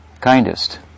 kindest